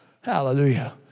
Hallelujah